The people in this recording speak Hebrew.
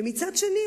ומצד שני,